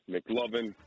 McLovin